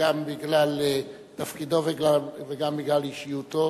גם בגלל תפקידו וגם בגלל אישיותו